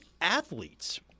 athletes